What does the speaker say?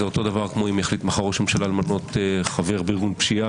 זה אותו דבר כמו אם מחר יחליטו למנות חבר ארגון פשיעה,